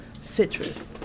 citrus